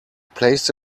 placed